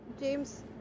James